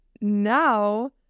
now